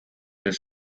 this